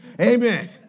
Amen